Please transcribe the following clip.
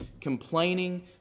complaining